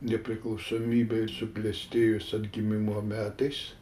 nepriklausomybei suklestėjus atgimimo metais